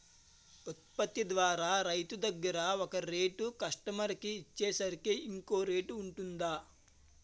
ఉత్పత్తి ధర రైతు దగ్గర ఒక రేట్ కస్టమర్ కి వచ్చేసరికి ఇంకో రేట్ వుంటుందా?